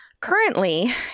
Currently